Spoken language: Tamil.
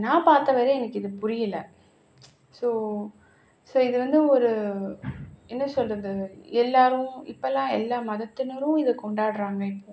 நான் பார்த்த வரையும் எனக்கு இது புரியலை ஸோ ஸோ இது வந்து ஒரு என்ன சொல்கிறது எல்லோரும் இப்போல்லாம் எல்லா மதத்தினரும் இதை கொண்டாடுறாங்க இப்போ